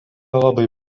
labai